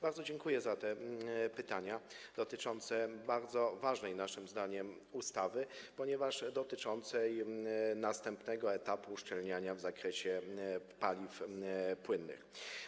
Bardzo dziękuję za te pytania odnoszące się do bardzo ważnej naszym zdaniem ustawy, bo dotyczącej następnego etapu uszczelniania w zakresie paliw płynnych.